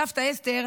סבתא אסתר